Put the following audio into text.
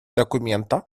документа